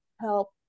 help